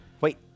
Wait